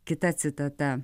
kita citata